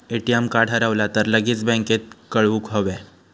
ATM card हरवला तर लगेच बँकेत कळवुक हव्या